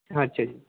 ਅੱਛਾ ਜੀ